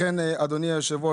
אדוני היושב-ראש,